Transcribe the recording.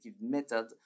method